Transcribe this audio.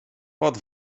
pod